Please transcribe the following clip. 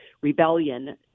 rebellion